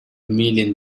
million